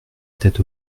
tête